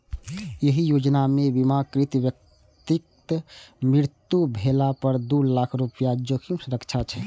एहि योजना मे बीमाकृत व्यक्तिक मृत्यु भेला पर दू लाख रुपैया जोखिम सुरक्षा छै